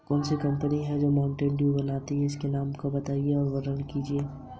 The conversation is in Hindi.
क्रेडिट कार्ड सम्बंधित समस्याओं पर बात करने के लिए कोई नंबर है?